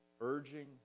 urging